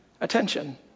attention